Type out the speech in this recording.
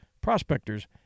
prospectors